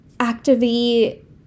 activate